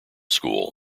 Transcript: school